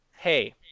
hey